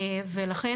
ולכן,